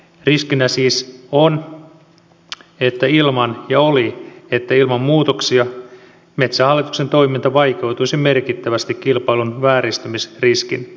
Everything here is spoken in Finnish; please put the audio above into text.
riskinä siis on ja oli että ilman muutoksia metsähallituksen toiminta vaikeutuisi merkittävästi kilpailun vääristymisriskin myötä